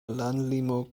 landlimo